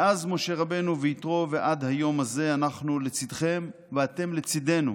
מאז משה רבנו ויתרו ועד היום הזה אנחנו לצידכם ואתם לצידנו.